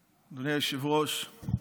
היושב-ראש,